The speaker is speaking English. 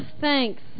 thanks